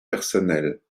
personnelles